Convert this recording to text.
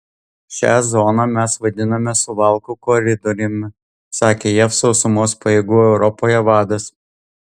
šią zoną mes vadiname suvalkų koridoriumi sakė jav sausumos pajėgų europoje vadas